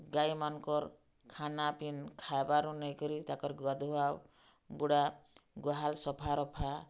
ଗାଈମାନ୍କର୍ ଖାନା ଖାଏବାରୁ ନେଇକରି ତାଙ୍କର୍ ଗଧୁଆ ଗୁଡ଼ା ଗୁହାଲ୍ ସଫା ରଫା